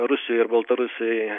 rusijoj ir baltarusijoj